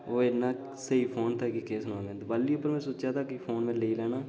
ओह् इन्ना स्हेई फोन हा कि केह् सनां में दिवाली उप्पर में सोचा दा हा कि फोन में लेई लैना पर